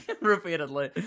repeatedly